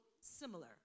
similar